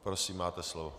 Prosím, máte slovo.